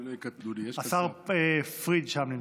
אני לא אהיה קטנוני, השר פריג' שם.